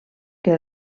que